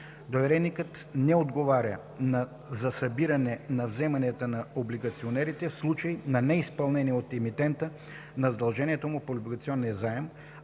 Довереникът не отговаря за събиране на вземанията на облигационерите в случай на неизпълнение от емитента на задълженията му по облигационния заем,